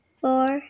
Four